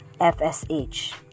FSH